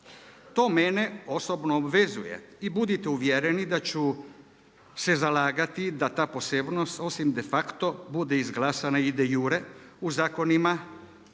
To mene osobno obvezuje i budite uvjereni da ću se zalagati da ta posebnost osim de facto bude izglasana i de jure u zakonima